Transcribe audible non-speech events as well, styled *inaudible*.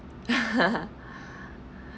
*laughs*